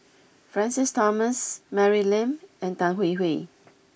Francis Thomas Mary Lim and Tan Hwee Hwee